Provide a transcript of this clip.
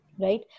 right